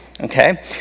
okay